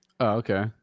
okay